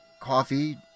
Coffee